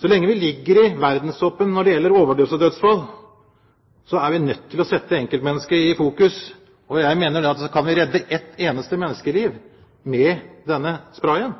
Så lenge vi ligger i verdenstoppen når det gjelder overdosedødsfall, er vi nødt til å sette enkeltmennesket i fokus. Jeg mener at kan vi redde ett eneste menneskeliv med denne sprayen,